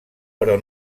però